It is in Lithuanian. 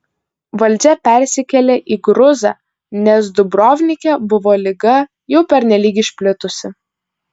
valdžia persikėlė į gruzą nes dubrovnike buvo liga jau pernelyg išplitusi